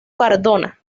cardona